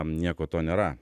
nieko to nėra